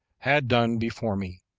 had done before me.